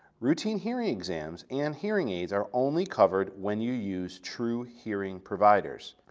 routine hearing exams and hearing aids are only covered when you use truhearing providers.